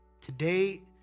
Today